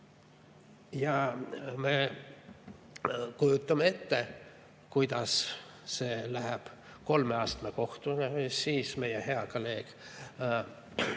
Ja me kujutame ette, kuidas see läheb kolme astme kohtusse, siis meie hea kolleeg